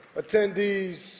attendees